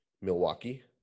Milwaukee